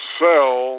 sell